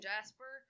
Jasper